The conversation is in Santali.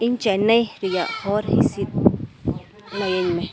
ᱤᱧ ᱪᱮᱱᱱᱟᱭ ᱨᱮᱭᱟᱜ ᱦᱚᱭ ᱦᱤᱸᱥᱤᱫ ᱞᱟᱹᱭᱟᱹᱧᱢᱮ